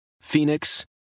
Phoenix